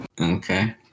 okay